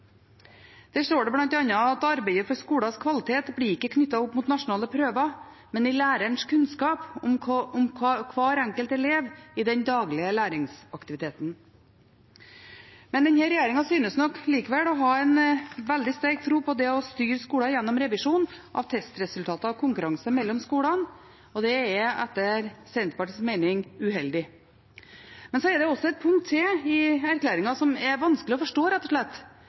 Der står det bl.a.: «Arbeidet for skolens kvalitet blir ikke knyttet opp mot nasjonale prøver, men i læreres kunnskap om hver enkelt elev i den daglige læringsaktiviteten.» Denne regjeringen synes likevel å ha en veldig sterk tro på det å styre skolen gjennom revisjon av testresultater og konkurranse mellom skolene, og det er etter Senterpartiets mening uheldig. Det er et punkt til i erklæringen som er vanskelig å forstå, rett og slett,